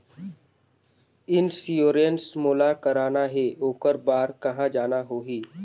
Insurance मोला कराना हे ओकर बार कहा जाना होही?